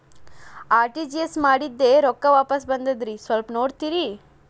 RTGS ಮಾಡಿದ್ದೆ ರೊಕ್ಕ ವಾಪಸ್ ಬಂದದ್ರಿ ಸ್ವಲ್ಪ ನೋಡ್ತೇರ?